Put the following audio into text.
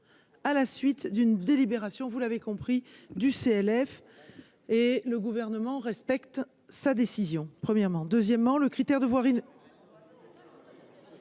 à la suite d'une délibération, vous l'avez compris du CLF et le gouvernement respecte sa décision, premièrement, deuxièmement, le critère de voir une.